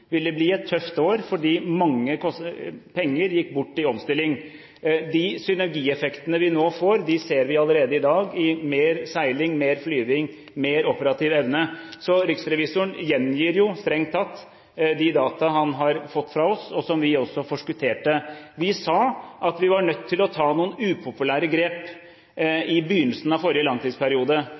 ville bli et tøft år, fordi mange penger gikk bort i omstilling. De synergieffektene vi nå får, ser vi allerede i dag – i mer seiling, mer flyvning, mer operativ evne. Så riksrevisoren gjengir jo strengt tatt de data han har fått fra oss, og som vi også forskutterte. Vi sa at vi var nødt til å ta noen upopulære grep i begynnelsen av forrige langtidsperiode. Forsvaret måtte redusere på en del typer aktivitet. Vi tilførte penger for